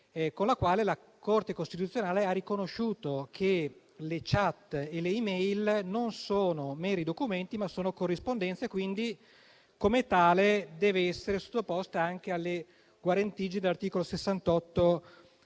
con la quale la Corte costituzionale ha riconosciuto che le *chat* e le *e-mail* non sono meri documenti, ma sono corrispondenza e quindi, come tali, devono essere sottoposte alle guarentigie previste dall'articolo 68